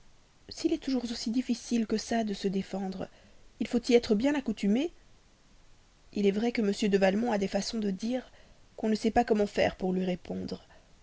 s'il est toujours aussi difficile que ça de se défendre il faut y être bien accoutumée il est vrai que ce m de valmont a des façons de dire qu'on ne sait pas comment faire pour lui répondre